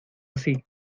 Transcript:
así